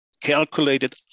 calculated